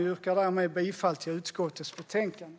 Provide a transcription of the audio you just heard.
Jag yrkar därmed bifall till utskottets förslag i betänkandet.